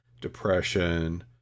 depression